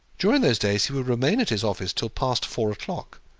during those days he would remain at his office till past four o'clock,